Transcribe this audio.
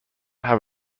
have